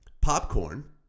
popcorn